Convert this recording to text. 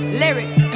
lyrics